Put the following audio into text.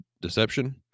deception